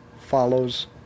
follows